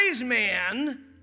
man